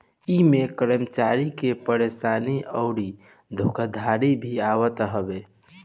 इमें कर्मचारी के परेशानी अउरी धोखाधड़ी भी आवत हवे